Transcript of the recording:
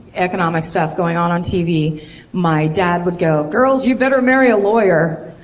economic stuff going on on tv my dad would go, girls you better marry a lawyer!